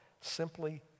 simply